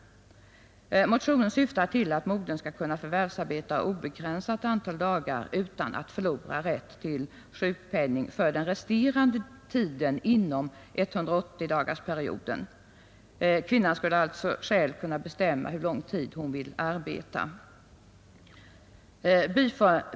Motionen syftar till att modern skall kunna förvärvsarbeta obegränsat antal dagar utan att förlora rätt till sjukpenning för den resterande tiden inom 180-dagarsperioden. Kvinnan skulle alltså själv kunna bestämma hur lång tid hon vill arbeta.